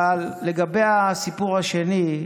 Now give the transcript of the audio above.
אבל לגבי הסיפור השני,